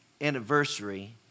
anniversary